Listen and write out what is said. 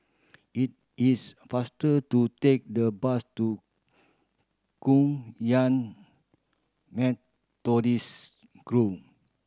it is faster to take the bus to Kum Yan Methodist